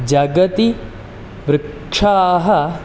जगति वृक्षाः